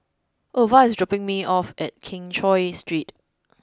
ova is dropping me off at Keng Cheow Street